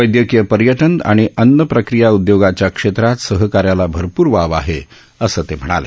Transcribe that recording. वैद्यकीय पर्यटन आणि अन्नप्रक्रिया उद्योगाच्या क्षेत्रात सहकार्याला भरपूर वाव आहे असं ते म्हणाले